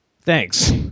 thanks